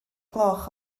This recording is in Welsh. gloch